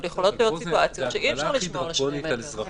ויכולות להיות סיטואציות שאי-אפשר לשמור על שני מטר.